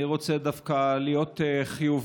אני רוצה דווקא להיות חיובי.